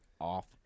off